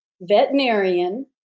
veterinarian